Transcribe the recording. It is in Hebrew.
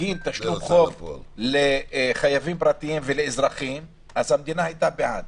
בגין תשלום חוב לחייבים רבים ואזרחים המדינה היתה בעד,